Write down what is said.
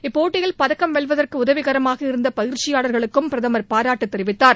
இப்போட்டியில் பதக்கம் வெல்வதற்குஉதவிகரமாக இருந்தபயிற்சியாளர்களுக்கும் பிரதமர் பாராட்டுத் தெரிவித்தார்